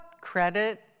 credit